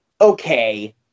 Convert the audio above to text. okay